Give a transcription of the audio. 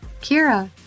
Kira